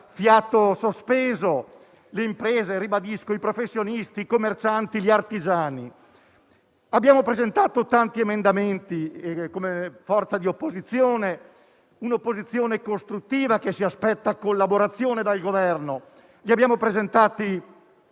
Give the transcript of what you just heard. fiato sospeso: le imprese e - ribadisco - i professionisti, i commercianti e gli artigiani. Abbiamo presentato tanti emendamenti come forza di opposizione costruttiva, che si aspetta collaborazione dal Governo. Li abbiamo presentati